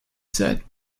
said